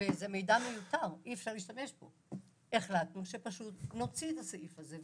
וזה מידע מיותר שאי אפשר להשתמש בו החלטנו שנוציא את הסעיף הזה.